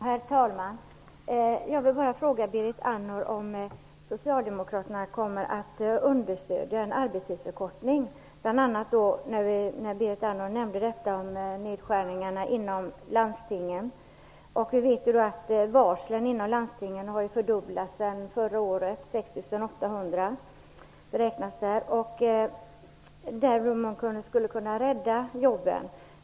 Herr talman! Jag vill bara fråga Berit Andnor om Socialdemokraterna kommer att understödja en arbetstidsförkortning. Berit Andnor nämnde nedskärningarna inom landstingen. Vi vet att varslen inom landstingen har fördubblats sedan förra året - 6 800. Men man skulle kunna rädda jobben.